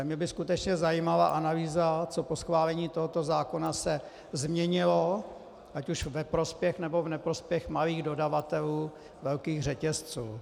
Mě by skutečně zajímala analýza, co po schválení tohoto zákona se změnilo, ať už ve prospěch, či neprospěch malých dodavatelů velkých řetězců.